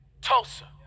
Tulsa